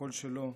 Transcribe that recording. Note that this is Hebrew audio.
הקול שלו,